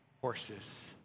horses